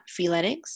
Freeletics